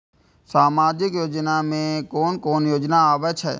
सामाजिक योजना में कोन कोन योजना आबै छै?